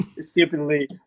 stupidly